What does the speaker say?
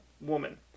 woman